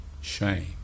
shame